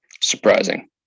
surprising